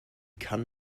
kann